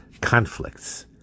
Conflicts